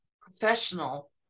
professional